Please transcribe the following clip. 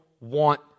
want